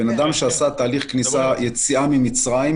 אדם שעשה תהליך יציאה ממצריים,